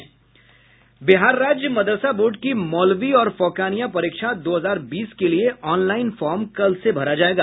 बिहार राज्य मदरसा बोर्ड की मौलवी और फोकानिया परीक्षा दो हजार बीस के लिए ऑनलाईन फॅार्म कल से भरा जाएगा